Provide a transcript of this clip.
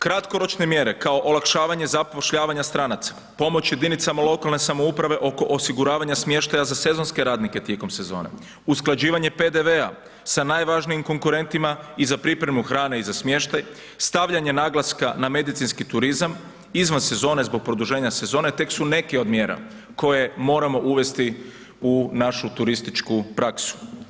Kratkoročne mjere kao olakšavanje zapošljavanja stranaca, pomoć jedinicama lokalne samouprave oko osiguravanja smještaja za sezonske radnike tijekom sezone, usklađivanje PDV-a sa najvažnijim konkurentima i za pripremu hrane i za smještaj, stavljanje naglaska na medicinski turizam izvan sezone zbog produženja sezone tek su neke od mjera koje moramo uvesti u našu turističku praksu.